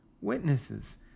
witnesses